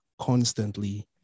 constantly